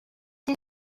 did